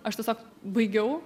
aš tiesiog baigiau